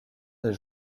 des